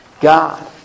God